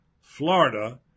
Florida